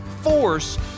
force